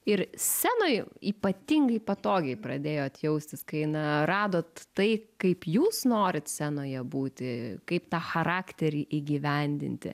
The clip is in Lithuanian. ir scenoj ypatingai patogiai pradėjot jaustis kai na radot tai kaip jūs norit scenoje būti kaip tą charakterį įgyvendinti